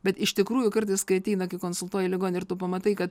bet iš tikrųjų kartais kai ateina kai konsultuoji ligonį ir tu pamatai kad